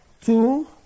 two